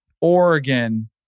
Oregon